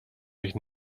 sich